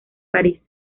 parís